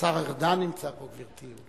השר ארדן נמצא פה, גברתי.